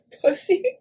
Pussy